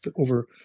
over